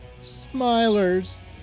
Smilers